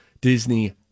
Disney